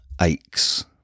Aches